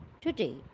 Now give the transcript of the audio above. Today